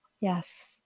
yes